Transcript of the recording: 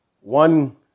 one